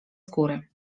góry